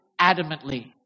adamantly